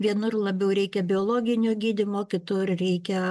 vienur labiau reikia biologinio gydymo kitur reikia